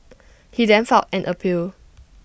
he then filed an appeal